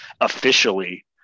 officially